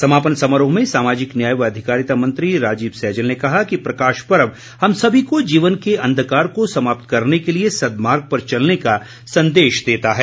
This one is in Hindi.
समापन समारोह में सामाजिक न्याय व अधिकारिता मंत्री राजीव सैजल ने कहा कि प्रकाश पर्व हम सभी को जीवन के अंधकार को समाप्त करने के लिए सदमार्ग पर चलने का संदेश देता है